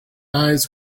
eyes